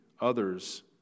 others